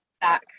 back